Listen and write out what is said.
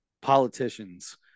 politicians